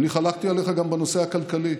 אני חלקתי עליך גם בנושא הכלכלי.